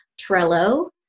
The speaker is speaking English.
Trello